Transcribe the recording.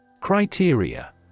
Criteria